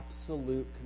absolute